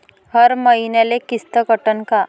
हर मईन्याले किस्त कटन का?